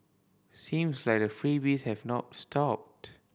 seems like the freebies have not stopped